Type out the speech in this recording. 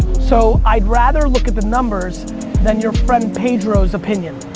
so i'd rather look at the numbers than your friend pedro's opinion.